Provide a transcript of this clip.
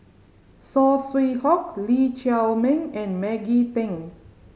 Saw Swee Hock Lee Chiaw Meng and Maggie Teng